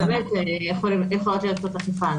אז באמת חלות הנחיות אכיפה.